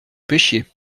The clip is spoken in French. pêchiez